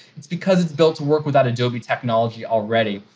it's because it's built to work without adobe technology already.